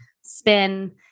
spin